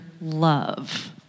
love